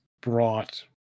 brought